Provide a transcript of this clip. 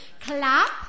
clap